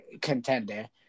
contender